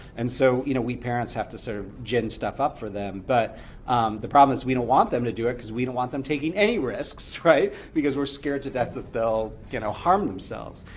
and so you know we parents have to sort of gin stuff up for them. but the problem is, we don't want them to do it because we don't want them taking any risks because we're scared to death that they'll you know harm themselves.